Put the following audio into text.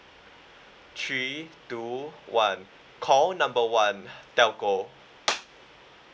three two one call number one telco